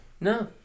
No